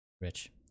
Rich